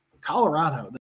Colorado